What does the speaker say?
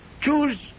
choose